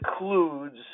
includes